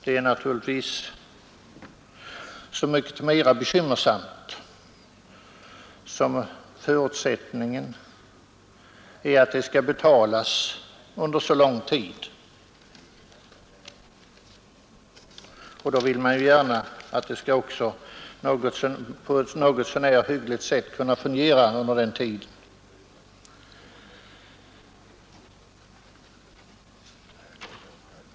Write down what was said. Det är naturligtvis så mycket mera bekymmersamt som förutsättningen är att det skall betalas under så lång tid. Då vill man ju gärna att det på ett något så när hyggligt sätt kan fungera under denna tid.